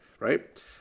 Right